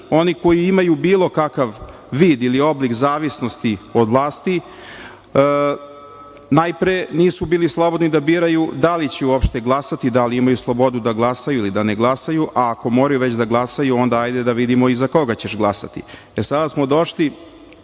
koji imaju bilo kakav vid ili oblik zavisnosti od vlasti najpre nisu bili slobodni da biraju da li će uopšte glasati, da li imaju slobodu da glasaju ili da ne glasaju, a ako moraju već da glasaju, ajde da vidimo i za koga ćeš glasati. Sada smo došli